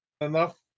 enough